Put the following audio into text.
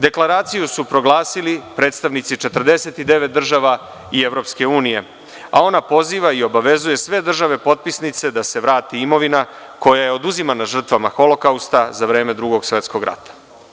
Deklaraciju su proglasili predstavnici 49 država i EU, a ona poziva i obavezuje sve države potpisnice da se vrati imovina koja je oduzimana žrtvama Holokausta za vreme Drugog svetskog rata.